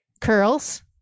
Curls